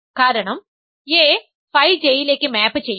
കാരണം a phi J യിലേക്ക് map ചെയ്യുന്നു